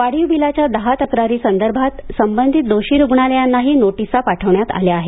वाढीव बिलाच्या दहा तक्रारीसंदर्भात संबंधित दोषी रुग्णालयांनाही नोटीसा पाठवण्यात आल्या आहेत